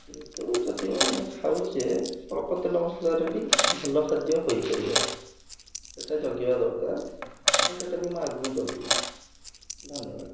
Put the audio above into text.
କିନ୍ତୁ ଯଦିଓ ମୁଁ ଖାଉଚେ ଅଳ୍ପ ତେଲ ମସଲାରେ ବି ଭଲ ଖାଦ୍ୟ ହୋଇପାରିବ ସେଟା ଜଗିବା ଦରକାର ଆଉ ସେଟା ବି ମୁଁ ଆଗକୁ ଜଗିବି ଧନ୍ୟବାଦ